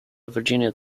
virginia